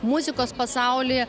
muzikos pasaulyje